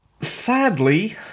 Sadly